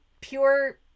pure